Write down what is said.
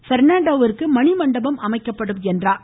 பர்ணான்டோவிற்கு மணிமண்டபம் அமைக்கப்படும் என்றார்